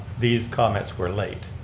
these comments were late,